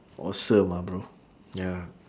awesome ah bro ya